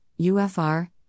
UFR